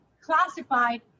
classified